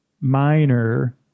minor